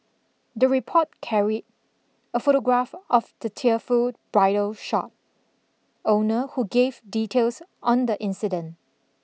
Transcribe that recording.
the report carried a photograph of the tearful bridal shop owner who gave details on the incident